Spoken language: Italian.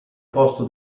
posto